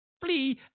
Please